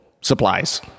supplies